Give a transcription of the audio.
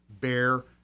bear